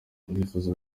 ndifuza